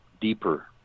deeper